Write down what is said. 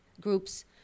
groups